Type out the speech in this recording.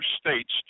states